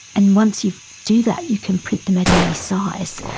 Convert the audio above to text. and once you do that you can print them at any size.